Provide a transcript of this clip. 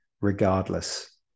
regardless